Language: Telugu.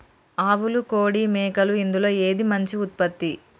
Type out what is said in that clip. ఆవులు కోడి మేకలు ఇందులో ఏది మంచి ఉత్పత్తి?